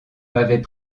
m’avait